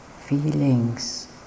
feelings